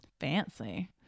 Fancy